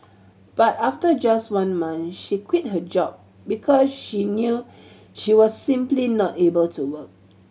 but after just one month she quit her job because she knew she was simply not able to work